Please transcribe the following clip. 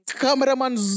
Cameraman